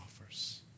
offers